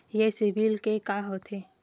ये सीबिल का होथे?